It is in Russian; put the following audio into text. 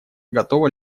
готово